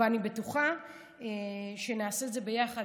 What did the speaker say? ואני בטוחה שנעשה את זה ביחד,